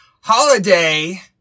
holiday